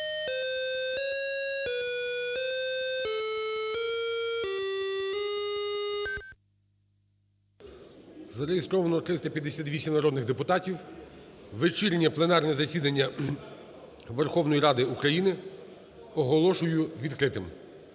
Зареєстровано 358 народних депутатів. Вечірнє пленарне засідання Верховної Ради України оголошую відкритим.